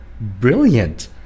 brilliant